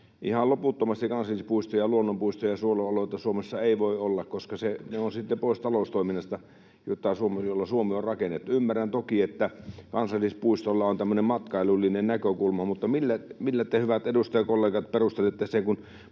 ihan loputtomasti kansallispuistoja ja luonnonpuistoja ja suojelualueita Suomessa ei voi olla, koska ne ovat sitten pois taloustoiminnasta, jolla Suomi on rakennettu. Ymmärrän toki, että kansallispuistoilla on tämmöinen matkailullinen näkökulma, mutta millä te, hyvät edustajakollegat, perustelette sen,